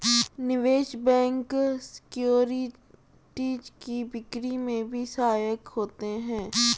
निवेश bank securities की बिक्री में भी सहायक होते हैं